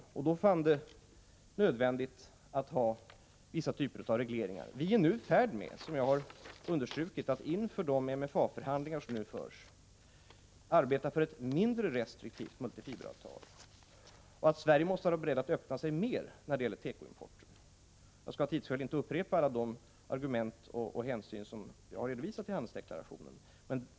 Då fann Hadar Cars det nödvändigt att ha vissa typer av regleringar. Som jag har understrukit är vi nu i färd med att inför de MFA-förhandlingar som skall föras arbeta för ett mindre restriktivt multifiberavtal. Sverige måste då vara berett att öppna sig mer när det gäller tekoimporten. Jag skall av tidsskäl inte upprepa alla de argument och hänsyn som jag har redovisat i handelsdeklarationen.